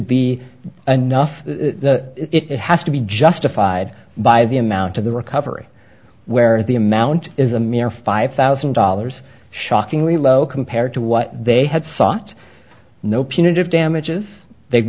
be enough it has to be justified by the amount of the recovery where the amount is a mere five thousand dollars shockingly low compared to what they had sought no punitive damages they